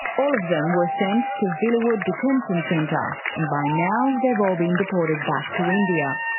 all of them were sent to villawood detention centre, and by now they've all been deported back to india.